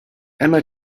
emma